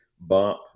bump